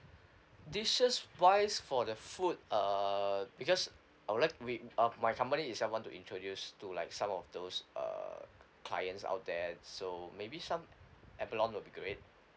dishes wise for the food err because I would like we uh my company itself want to introduce to like some of those err clients out there so maybe some abalone will be great